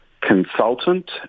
consultant